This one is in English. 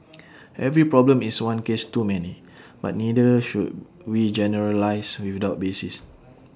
every problem is one case too many but neither should we generalise without basis